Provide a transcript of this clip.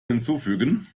hinzufügen